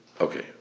Okay